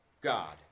God